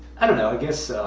i don't know. i guess,